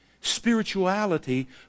spirituality